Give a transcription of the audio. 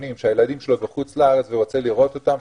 שהילדים שלו בחוץ לארץ ורוצה לראות אותם,